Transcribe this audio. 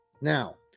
Now